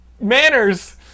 manners